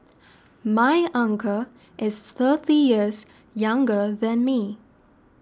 my uncle is thirty years younger than me